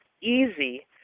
easy